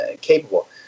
capable